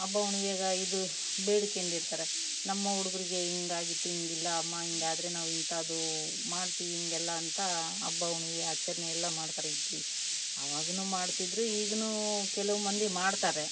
ಹಬ್ಬ ಹುಣ್ಣಿವೆಗಾ ಇದು ಬೇಡ್ಕಂಡಿರ್ತರೆ ನಮ್ಮ ಹುಡ್ಗುರಿಗೆ ಹಿಂಗಾಗಿತ್ತು ಹಿಂಗಿಲ್ಲ ಅಮ್ಮ ಹಿಂಗಾದರೆ ನಾವು ಇಂಥದು ಮಾಡ್ತಿವಿ ಹಿಂಗೆಲ್ಲ ಅಂತ ಹಬ್ಬ ಹುಣ್ವಿ ಆಚರಣೆ ಎಲ್ಲ ಮಾಡ್ತಾರೆ ಇಗ್ರಿ ಆವಾಗನು ಮಾಡ್ತಿದ್ರು ಈಗ ಕೆಲವು ಮಂದಿ ಮಾಡ್ತಾರೆ